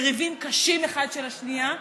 יריבים קשים אחד של השנייה,